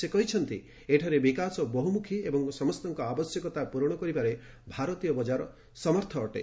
ସେ କହିଛନ୍ତି ଏଠାରେ ବିକାଶ ବହ୍ମୁଖୀ ଏବଂ ସମସ୍ତଙ୍କ ଆବଶ୍ୟକତା ପୂରଣ କରିବାରେ ଭାରତୀୟ ବକାର ସମର୍ଥ ଅଟେ